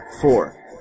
Four